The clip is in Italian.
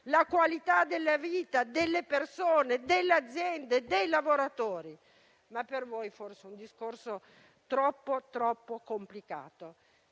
la qualità della vita delle persone, delle aziende e dei lavoratori, ma per voi forse è un discorso troppo complicato.